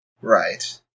Right